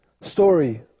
story